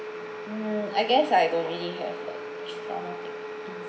mm I guess I don't really have a ch~ thing